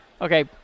Okay